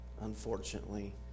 unfortunately